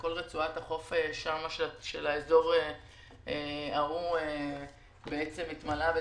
וכל רצועת החוף של האזור ההוא התמלאה בזפת.